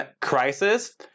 crisis